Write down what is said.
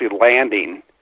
landing